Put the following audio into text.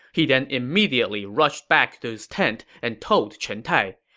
he then immediately rushed back to his tent and told chen tai,